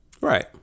Right